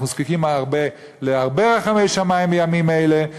אנחנו זקוקים להרבה רחמי שמים בימים האלה,